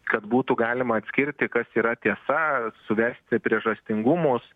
kad būtų galima atskirti kas yra tiesa suvesti priežastingumus